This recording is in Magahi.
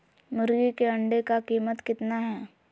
मुर्गी के अंडे का कीमत कितना है?